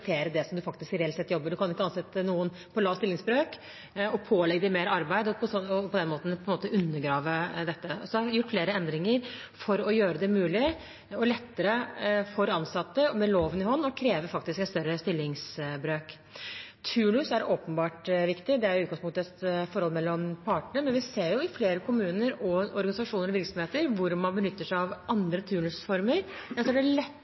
reelt sett faktisk jobber. Man kan ikke ansette noen på lav stillingsbrøk og pålegge dem mer arbeid og på den måten undergrave dette. Så er det gjort flere endringer for å gjøre det mulig, og lettere, for ansatte med loven i hånd faktisk å kreve en større stillingsbrøk. Turnus er åpenbart viktig. Det er i utgangspunktet et forhold mellom partene, men vi ser at i flere kommuner, organisasjoner og virksomheter benytter man seg av andre turnusformer. Da er det